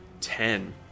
Ten